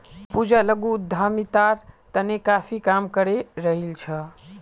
पूजा लघु उद्यमितार तने काफी काम करे रहील् छ